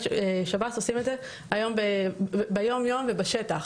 שירות בתי הסוהר עושים את זה יום יום ובשטח.